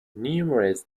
numerous